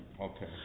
Okay